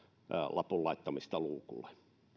lapun laittamista luukulle